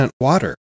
water